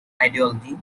ideology